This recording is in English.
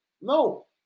No